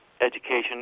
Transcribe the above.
education